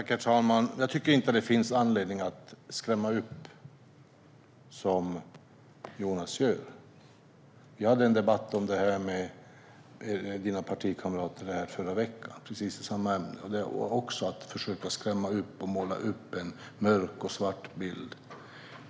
Herr talman! Jag tycker inte att det finns anledning att skrämmas, som Jonas gör. Vi hade en debatt i samma ämne med dina partikamrater förra veckan. De försökte också skrämmas och måla upp en svart bild.